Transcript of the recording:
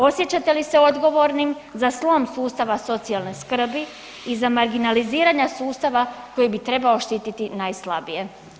Osjećate li se odgovornim za slom sustav socijalne skrbi i za marginaliziranja sustava koji bi trebao štititi najslabije?